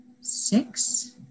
six